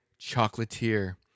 chocolatier